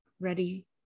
ready